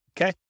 okay